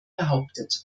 behauptet